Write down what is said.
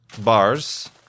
bars